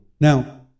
Now